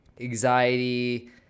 anxiety